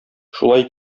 шулай